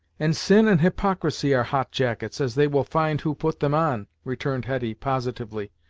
and sin and hypocrisy are hot jackets, as they will find who put them on, returned hetty, positively,